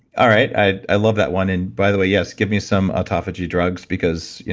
all right, i love that one, and by the way, yes, give me some autophagy drugs, because, you